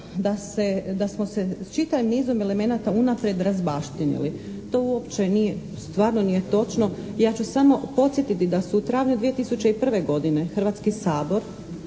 da smo s čitavim nizom elemenata unaprijed razbaštinili. To uopće nije, stvarno nije točno. Ja ću samo podsjetiti da su u travnju 2001. godine Hrvatski sabor